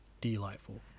delightful